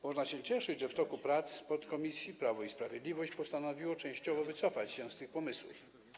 Można się cieszyć, że w toku prac podkomisji Prawo i Sprawiedliwość postanowiło częściowo wycofać się z tych pomysłów.